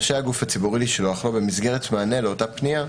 רשאי הגוף הציבורי לשלוח לו במסגרת מענה לאותה פנייה,